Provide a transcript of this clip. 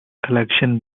collections